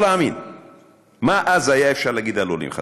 להאמין מה היה אפשר להגיד אז על עולים חדשים.